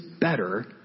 better